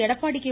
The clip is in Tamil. எடப்பாடி கே